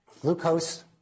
glucose